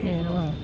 నేను